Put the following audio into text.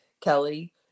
Kelly